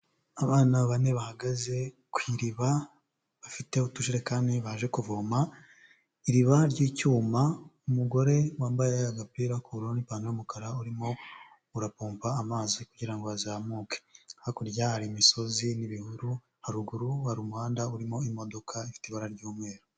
Abana bane bahagaze ku iriba, bafite utujerekani baje kuvoma, iriba ry'icyuma, umugore wambaye agapira k'ubururu n'ipantaro y'umukara urimo urapompa amazi kugira ngo azamuke. Hakurya hari imisozi n'ibihuru, haruguru hari umuhanda urimo imodoka ifite ibara ry'umweru.